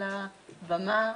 על הבמה,